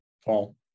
Fall